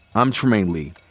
i'm trymaine lee.